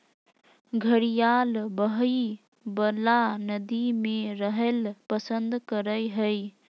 घड़ियाल बहइ वला नदि में रहैल पसंद करय हइ